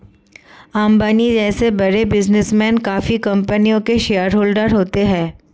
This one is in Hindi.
अंबानी जैसे बड़े बिजनेसमैन काफी कंपनियों के शेयरहोलडर होते हैं